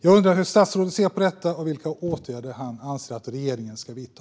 Jag undrar hur statsrådet ser på detta och vilka åtgärder han anser att regeringen ska vidta.